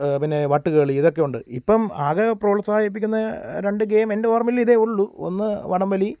പിന്നെ വട്ടുകളി ഇതൊക്കെയുണ്ട് ഇപ്പം ആകെ പ്രോത്സാഹിപ്പിക്കുന്നത് രണ്ട് ഗെയിം എന്റെ ഓര്മ്മയിലിതേ ഉള്ളൂ ഒന്ന് വടംവലി